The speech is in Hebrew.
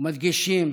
ומדגישים